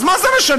אז מה זה משנה?